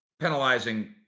penalizing